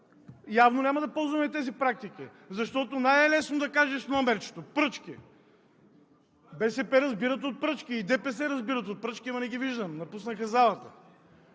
явно няма да ползваме тези практики. Защото най-лесно е да кажеш номерчето. Пръчки! БСП разбират от пръчки. И ДПС разбират от пръчки, ама не ги виждам – напуснаха залата.